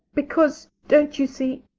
because, don't you see,